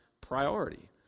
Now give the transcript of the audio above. priority